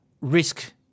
risk